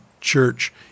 church